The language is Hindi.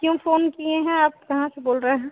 क्यों फ़ोन किए हैं आप कहाँ से बोल रहे हैं